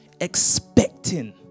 Expecting